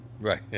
Right